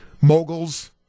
moguls